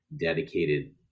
dedicated